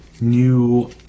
new